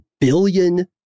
billion